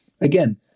again